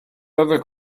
other